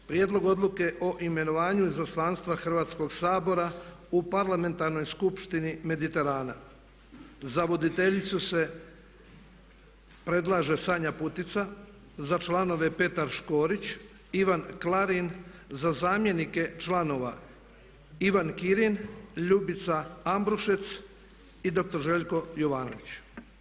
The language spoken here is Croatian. Prijedlog Odluke o imenovanju izaslanstvu Hrvatskoga Sabora u Parlamentarnoj skupštini Mediterana, za voditeljicu se predlaže Sanja Putica, za članove Petar Škorić, Ivan Klarin, za zamjenike članova Ivan Kirin, Ljubica Ambrušec i dr. Željko Jovanović.